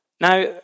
Now